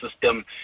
system